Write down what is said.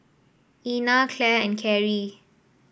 Ina Clare and Carie